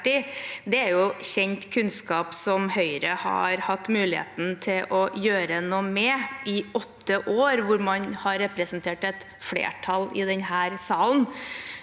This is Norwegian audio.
Det er jo kjent kunnskap som Høyre har hatt muligheten til å gjøre noe med i åtte år, hvor man har representert et flertall i denne salen.